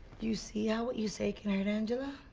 you see how what you say can hurt angelo?